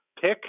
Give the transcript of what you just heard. pick